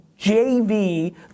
JV